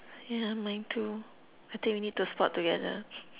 yeah mine too I think we need to spot together